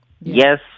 Yes